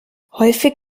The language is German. häufig